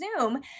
Zoom